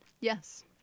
Yes